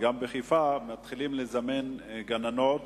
וחיפה מתחילים לזמן גננות